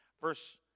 verse